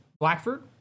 Blackford